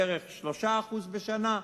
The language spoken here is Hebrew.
בערך 3% בשנה,